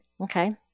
Okay